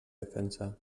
defensa